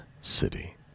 city